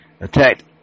attacked